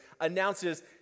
announces